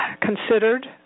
considered